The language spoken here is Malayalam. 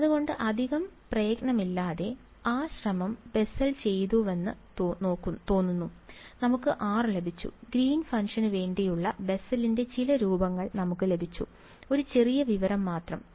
അതുകൊണ്ട് അധികം പ്രയത്നമില്ലാതെ ആ ശ്രമം ബെസ്സൽ ചെയ്തുവെന്ന് തോന്നുന്നു നമുക്ക് r ലഭിച്ചു ഗ്രീൻ ഫംഗ്ഷനുവേണ്ടിയുള്ള ബെസ്സലിന്റെ ചില രൂപങ്ങൾ നമുക്ക് ലഭിച്ചു ഒരു ചെറിയ വിവരം മാത്രം